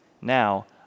now